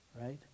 Right